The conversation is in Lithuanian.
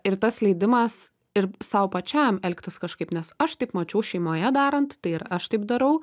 ir tas leidimas ir sau pačiam elgtis kažkaip nes aš taip mačiau šeimoje darant tai ir aš taip darau